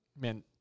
man